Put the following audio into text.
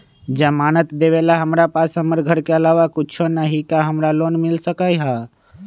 जमानत देवेला हमरा पास हमर घर के अलावा कुछो न ही का हमरा लोन मिल सकई ह?